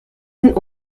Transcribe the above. den